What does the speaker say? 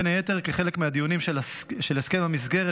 בין היתר כחלק מהדיונים של הסכם המסגרת